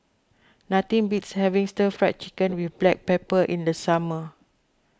nothing beats having Stir Fried Chicken with Black Pepper in the summer